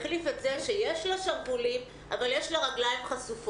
החליף את זה בכך שכעת יש לה שרוולים אבל יש לה רגליים חשופות.